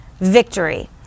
victory